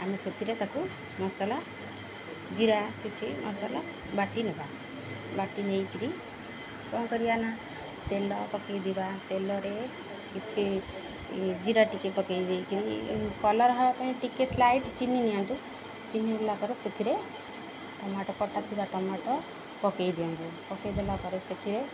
ଆମେ ସେଥିରେ ତାକୁ ମସଲା ଜିରା କିଛି ମସଲା ବାଟି ନେବା ବାଟି ନେଇ କିରି କ'ଣ କରିବା ନା ତେଲ ପକେଇ ଦବା ତେଲରେ କିଛି ଜିରା ଟିକେ ପକେଇ ଦେଇ କିରି କଲର୍ ହବା ପାଇଁ ଟିକେ ସ୍ଲାଇଟ୍ ଚିହ୍ନ ନିିଅନ୍ତୁ ଚିହନିଗଲା ପରେ ସେଥିରେ ଟମାଟ କଟା ଥିବା ଟମାଟ ପକେଇ ଦିଅନ୍ତୁ ପକେଇଦେଲା ପରେ ସେଥିରେ